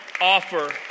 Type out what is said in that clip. offer